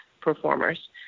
performers